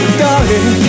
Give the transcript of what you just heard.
darling